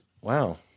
wow